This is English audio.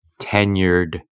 tenured